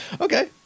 Okay